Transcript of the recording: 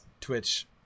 Twitch